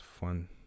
fun